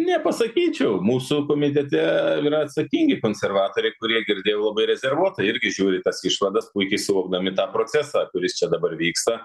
nepasakyčiau mūsų komitete yra atsakingi konservatoriai kurie girdi jau labai rezervuotai irgi žiūri į tas išvadas puikiai suvokdami tą procesą kuris čia dabar vyksta